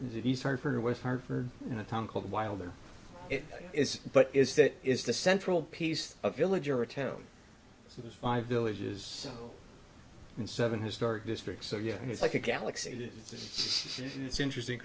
these hard for west hartford in a town called wilder it is but is that is the central piece a village or a town so there's five villages in seven historic districts so yeah it's like a galaxy that says it's interesting